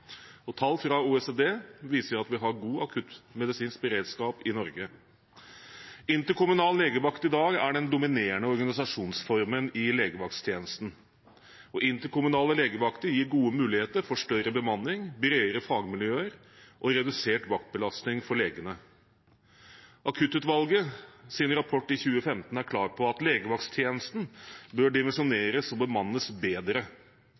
hjelp. Tall fra OECD viser at vi har god akuttmedisinsk beredskap i Norge. Interkommunal legevakt er i dag den dominerende organisasjonsformen i legevakttjenesten. Interkommunale legevakter gir gode muligheter for større bemanning, bredere fagmiljøer og redusert vaktbelastning for legene. Akuttutvalgets rapport fra 2015 er klar på at legevakttjenesten bør dimensjoneres og bemannes bedre.